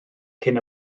cyn